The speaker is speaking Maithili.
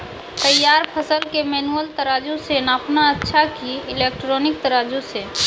तैयार फसल के मेनुअल तराजु से नापना अच्छा कि इलेक्ट्रॉनिक तराजु से?